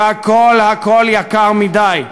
והכול הכול יקר מדי.